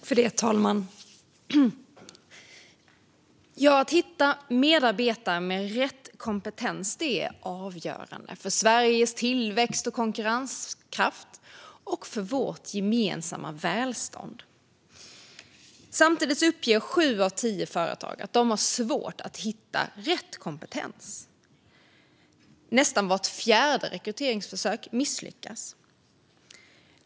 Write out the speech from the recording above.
Fru talman! Att hitta medarbetare med rätt kompetens är avgörande för Sveriges tillväxt och konkurrenskraft och för vårt gemensamma välstånd. Samtidigt uppger sju av tio företag att de har svårt att hitta rätt kompetens. Nästan vart fjärde rekryteringsförsök misslyckas.